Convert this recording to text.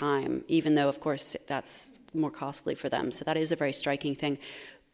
time even though of course that's more costly for them so that is a very striking thing